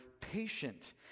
patient